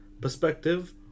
perspective